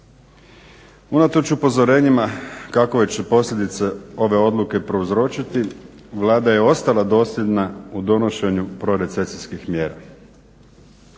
Unatoč upozorenjima kakve će posljedice ove odluke prouzročiti Vlada je ostala dosljedna u donošenju prorecesijskih mjera.